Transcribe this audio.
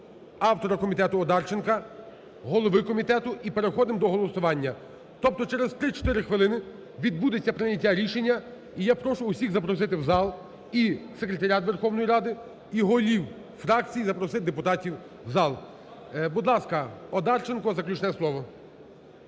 автора комітету Одарченка, голови комітету, і переходимо до голосування. Тобто через 3-4 хвилини відбудеться прийняття рішення. І я прошу всіх запросити в зал і Секретаріат Верховної Ради, і голів фракцій запросити депутатів в зал. Будь ласка, Одарченко, заключне слово.